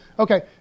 Okay